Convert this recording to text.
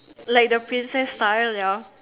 like the princess style ya